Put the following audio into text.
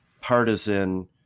partisan